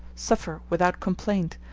suffer without complaint,